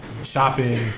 shopping